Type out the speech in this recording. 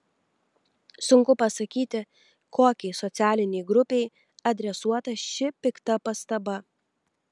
sunku pasakyti kokiai socialinei grupei adresuota ši pikta pastaba